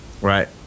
Right